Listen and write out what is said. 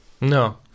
No